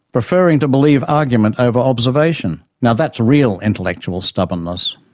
preferring to believe argument over observation. now that's real intellectual stubbornness.